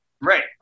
Right